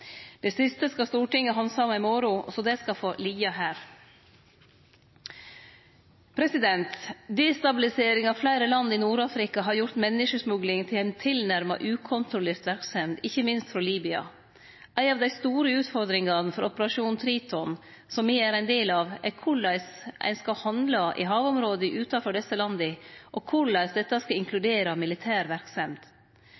Det siste skal Stortinget handsame i morgon, så det skal få liggje her. Destabilisering av fleire land i Nord-Afrika har gjort menneskesmugling til ei tilnærma ukontrollert verksemd, ikkje minst frå Libya. Ei av dei store utfordringane for operasjonen Triton, som me er ein del av, er korleis ein skal handle i havområda utanfor desse landa, og korleis dette skal